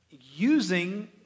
using